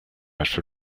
after